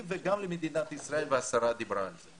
וגם למדינת ישראל והשרה דיברה על זה.